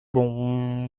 bon